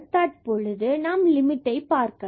தற்பொழுது நாம் லிமிட்டை பார்க்கலாம்